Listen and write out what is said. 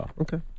Okay